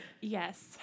Yes